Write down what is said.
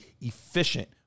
efficient